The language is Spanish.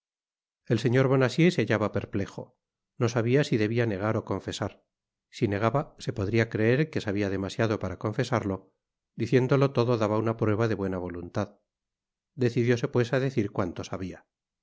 el señor bonacieux se hallaba perplejo no sabia si debia negar ó contesar si negaba se podria creer que sabia demasiado para confesarlo diciéndolo todo daba una prueba de buena voluntad decidióse pues á decir cuanto sabia